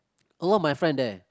a lot of my friend there